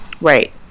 Right